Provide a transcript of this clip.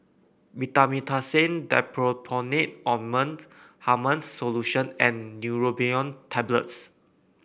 Betamethasone Dipropionate Ointment Hartman's Solution and Neurobion Tablets